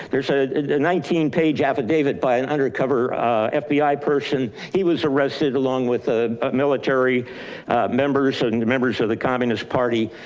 there's a nineteen page affidavit by an undercover ah fbi person. he was arrested along with ah ah military members and and members of the communist party.